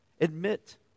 Admit